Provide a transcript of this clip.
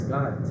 God